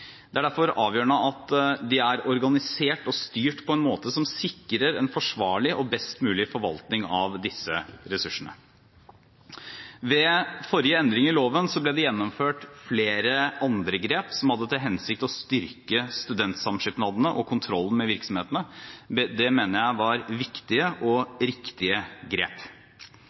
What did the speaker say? er derfor avgjørende at de er organisert og styrt på en måte som sikrer en forsvarlig og best mulig forvaltning av disse ressursene. Ved forrige endring i loven ble det gjennomført flere andre grep som hadde til hensikt å styrke studentsamskipnadene og kontrollen med virksomhetene. Det mener jeg var viktige og